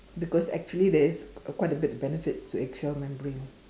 because actually there is a quite a bit of benefits to egg shell membrane